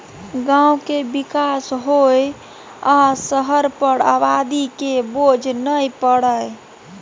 गांव के विकास होइ आ शहर पर आबादी के बोझ नइ परइ